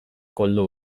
koldo